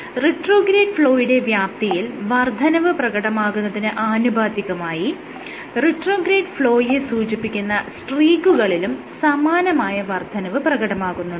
retrograde ഫ്ലോയുടെ വ്യാപ്തിയിൽ വർദ്ധനവ് പ്രകടമാകുന്നതിന് ആനുപാതികമായി റിട്രോഗ്രേഡ് ഫ്ലോയെ സൂചിപ്പിക്കുന്ന സ്ട്രീക്കുകളിലും സമാനമായ വർദ്ധനവ് പ്രകടമാകുന്നുണ്ട്